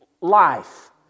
life